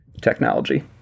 technology